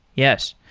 yes.